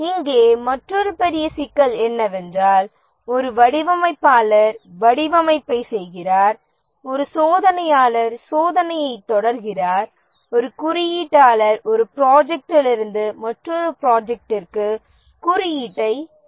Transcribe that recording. இங்கே மற்றொரு பெரிய சிக்கல் என்னவென்றால் ஒரு வடிவமைப்பாளர் வடிவமைப்பைச் செய்கிறார் ஒரு சோதனையாளர் சோதனையைத் தொடர்கிறார் ஒரு குறியீட்டாளர் ஒரு ப்ராஜெக்ட்டிலிருந்து மற்றொரு ப்ராஜெக்ட்டிக்கு குறியீட்டைத் தொடர்கிறார்